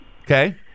Okay